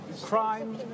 Crime